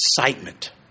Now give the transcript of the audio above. excitement